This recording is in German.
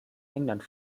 england